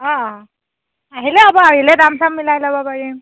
অঁ আহিলেই হ'ব আহিলেই দাম চাম মিলাই ল'ব পাৰিম